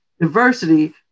diversity